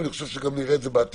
ואני חושב שגם נראה את זה בעתיד,